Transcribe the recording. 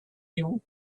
you